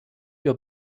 your